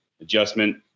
adjustment